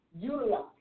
utilize